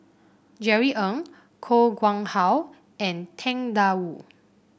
Jerry Ng Koh Nguang How and Tang Da Wu